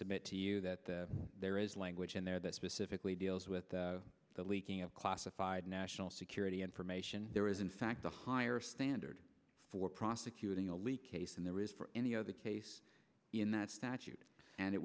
submit to you that there is language in there that specifically deals with the leaking of classified national security information there is in fact a higher standard for prosecuting a leak case and there is any other case in that statute and it